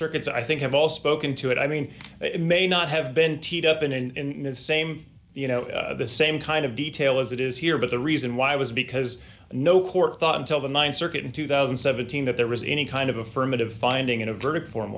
circuits i think have all spoken to it i mean it may not have been teed up in the same you know the same kind of detail as it is here but the reason why was because no court thought until the th circuit in two thousand and seventeen that there was any kind of affirmative finding in a verdict form